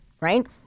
right